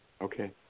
Okay